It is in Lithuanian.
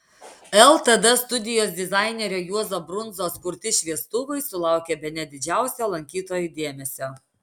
ltd studijos dizainerio juozo brundzos kurti šviestuvai sulaukė bene didžiausio lankytojų dėmesio